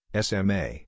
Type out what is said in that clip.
SMA